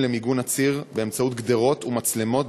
למיגון הציר באמצעות גדרות ומצלמות,